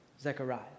Zechariah